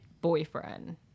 boyfriend